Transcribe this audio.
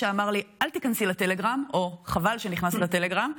שאכל הרבה וצחק הרבה.